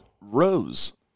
Rose